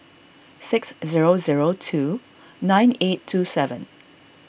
six zero zero two nine eight two seven